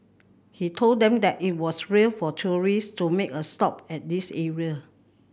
he told them that it was rare for tourist to make a stop at this area